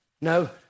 no